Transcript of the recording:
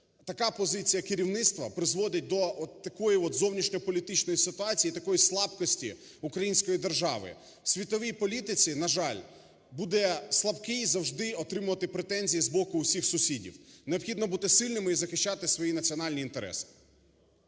така позиція керівництва призводить до такої от зовнішньополітичної ситуації і такої слабкості української держави. В світовій політиці, на жаль, буде слабкий завжди отримувати претензії з боку усіх сусідів. Необхідно бути сильними і захищати свої національні інтереси.